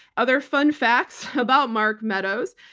other fun facts about mark meadows,